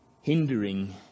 hindering